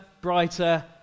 brighter